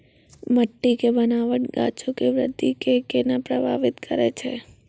मट्टी के बनावट गाछो के वृद्धि के केना प्रभावित करै छै?